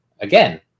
again